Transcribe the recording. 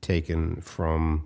taken from